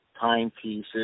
timepieces